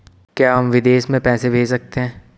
क्या हम विदेश में पैसे भेज सकते हैं?